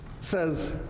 says